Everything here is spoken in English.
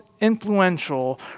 influential